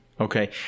Okay